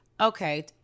okay